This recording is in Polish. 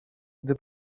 gdy